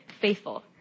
faithful